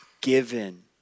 given